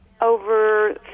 over